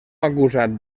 acusat